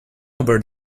over